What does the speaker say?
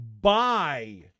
buy